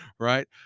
right